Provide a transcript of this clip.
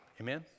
Amen